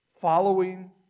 following